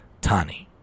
Tani